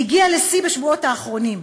שהגיעה לשיא בשבועות האחרונים.